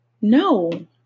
No